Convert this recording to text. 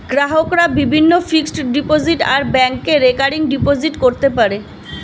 গ্রাহকরা বিভিন্ন fixed deposit আর ব্যাংকে রেকারিং ডিপোজিট করতে পারে